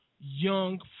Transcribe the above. young